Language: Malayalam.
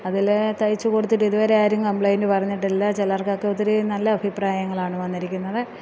അതിൽ തയ്ച്ച് കൊടുത്തിട്ട് ഇതുവരെ ആരും കംപ്ലെയിൻറ്റ് പറഞ്ഞിട്ടില്ല ചിലർക്കൊക്കെ ഒത്തിരി നല്ല അഭിപ്രായങ്ങളാണ് വന്നിരിക്കുന്നത്